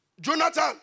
Jonathan